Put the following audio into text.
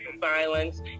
violence